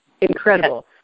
incredible